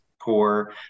poor